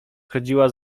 chodziła